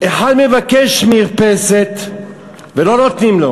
אחד מבקש מרפסת ולא נותנים לו,